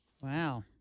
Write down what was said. Wow